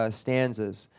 stanzas